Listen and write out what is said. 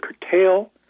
curtail